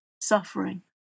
suffering